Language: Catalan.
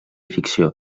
ficció